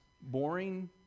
boring